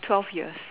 twelve years